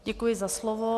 Děkuji za slovo.